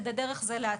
כדי דרך זה לאתר.